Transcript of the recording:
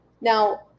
Now